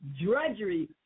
drudgery